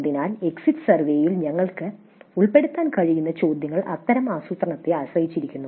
അതിനാൽ എക്സിറ്റ് സർവേയിൽ ഞങ്ങൾക്ക് ഉൾപ്പെടുത്താൻ കഴിയുന്ന ചോദ്യങ്ങൾ അത്തരം ആസൂത്രണത്തെ ആശ്രയിച്ചിരിക്കുന്നു